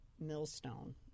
Millstone